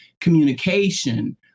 communication